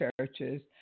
churches